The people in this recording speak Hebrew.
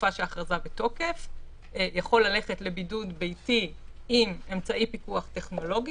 בתקופה שההכרזה בתוקף יכול ללכת לבידוד ביתי עם אמצעי פיקוח טכנולוגי,